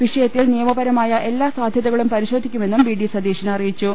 വിഷയത്തിൽ നിയമപരമായ എല്ലാ സാധ്യതകളും പരിശോധിക്കുമന്നും വിഡി സതീശൻ അറിയിച്ചു